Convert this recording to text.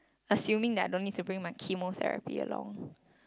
assuming that I don't need to bring my chemotherapy along